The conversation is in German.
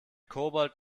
kobold